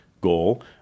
goal